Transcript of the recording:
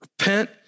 Repent